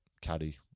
caddy